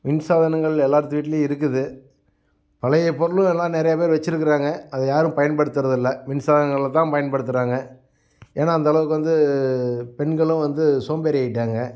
மின்சாதனங்கள் எல்லார் வீட்டிலையும் இருக்குது பழைய பொருளும் எல்லாம் நிறையா பேர் வெச்சுருக்குறாங்க அதை யாரும் பயன்படுத்தறதில்ல மின்சாதனங்களைதான் பயன்படுத்தறாங்க ஏன்னால் அந்தளவுக்கு வந்து பெண்களும் வந்து சோம்பேறி ஆகிட்டாங்க